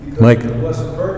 Mike